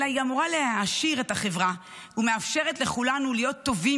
אלא היא אמורה להעשיר את החברה ומאפשרת לכולנו להיות טובים